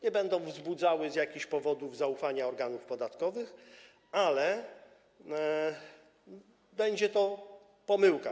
Nie będą one wzbudzały z jakichś powodów zaufania organów podatkowych, ale będzie to pomyłka.